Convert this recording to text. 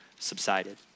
subsided